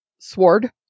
Sword